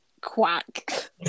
Quack